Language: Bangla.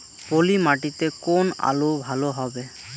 পলি মাটিতে কোন আলু ভালো হবে?